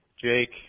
Jake